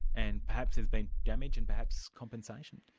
and perhaps there's been damage, and perhaps compensation?